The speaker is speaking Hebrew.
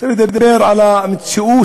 רוצה לדבר על המציאות